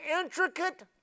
intricate